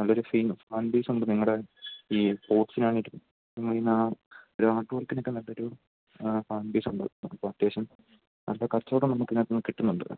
നല്ലൊരു ഫാൻ ബേസുണ്ട് നിങ്ങളുടെ ഈ ബോക്സിനാണെങ്കിലും പിന്നെയാ ആർട്ട് വർക്കിനൊക്കെ നല്ലൊരു ഫാൻ ബേസുണ്ട് അപ്പോള് അത്യാവശ്യം നല്ല കച്ചവടം നമുക്ക് ഇതിനകത്തുനിന്ന് കിട്ടുന്നുണ്ട്